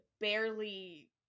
barely